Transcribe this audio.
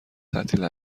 تعطیل